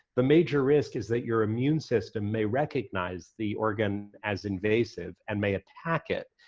the major risk is that your immune system may recognize the organ as invasive and may attack it.